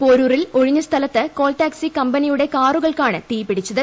പോരൂറിൽ ഒഴിഞ്ഞ സ്ഥലത്ത്ടു call taxi കമ്പനിയുടെ കാറുകൾക്കാണ് തീപിടിച്ചത്